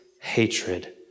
hatred